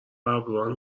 ﺑﺒﺮﺍﻥ